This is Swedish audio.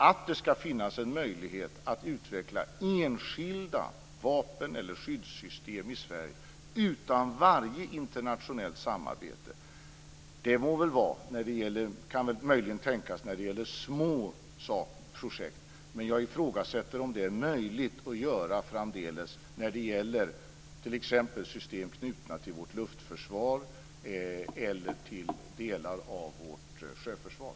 Att det ska finnas en möjlighet att utveckla enskilda vapen eller skyddssystem i Sverige utan varje internationellt samarbete kan möjligen tänkas när det gäller små projekt, men jag ifrågasätter om det är möjligt att göra framdeles när det t.ex. gäller system knutna till vårt luftförsvar eller till delar av vårt sjöförsvar.